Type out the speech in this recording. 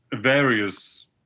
various